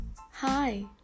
Hi